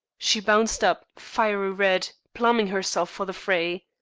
she bounced up, fiery red, pluming herself for the fray.